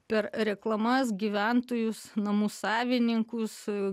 per reklamas gyventojus namų savininkus